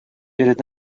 перед